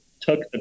took